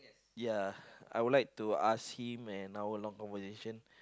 ya I would like to ask him an hour long conversation